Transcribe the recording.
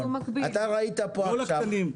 אתה ראית כאן עכשיו,